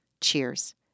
Cheers